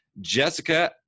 Jessica